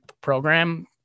program